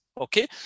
Okay